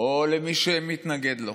או למי שמתנגד לו?